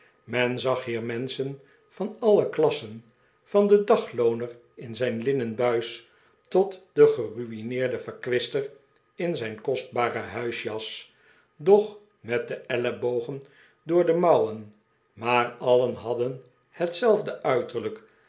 men zaq hier menschen van alle klassen van den daglooner in zijn linnen buis tot den geru'ineerden verkwister in zijn kostbare huisjas doch met de ellebogen door de mouwen maar alien hadden hetzelfde uiterlijk